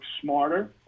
smarter